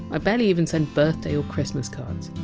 i barely even send birthday or christmas cards.